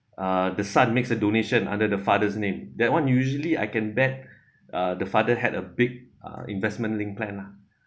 uh the son makes a donation under the father's name that one usually I can bet uh the father had a big uh investment linked plan lah